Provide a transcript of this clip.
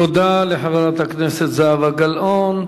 תודה לחברת הכנסת זהבה גלאון.